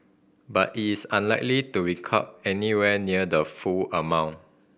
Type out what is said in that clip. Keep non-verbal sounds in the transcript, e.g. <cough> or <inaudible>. but it is unlikely to <unintelligible> anywhere near the full amount